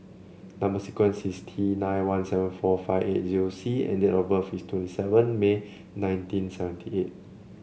number sequence is T nine one seven four five eight zero C and date of birth is twenty seven May nineteen seventy eight